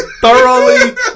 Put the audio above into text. thoroughly